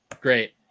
Great